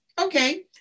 okay